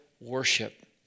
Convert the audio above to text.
worship